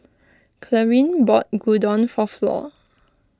Clarine bought Gyudon for Flor